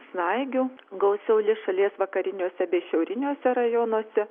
snaigių gausiau lis šalies vakariniuose bei šiauriniuose rajonuose